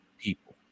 people